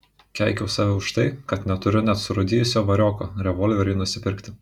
keikiau save už tai kad neturiu net surūdijusio varioko revolveriui nusipirkti